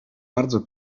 bardzo